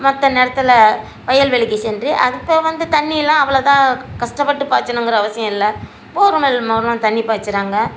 மற்ற நேரத்தில் வயல்வெளிக்கு சென்று அது இப்போ வந்து தண்ணியெலாம் அவ்வளோ இதாக கஷ்டப்பட்டு பாய்ச்சிணுங்கிற அவசியம் இல்லை போர்மெல் மூலமாக தண்ணி பாய்ச்சிறாங்க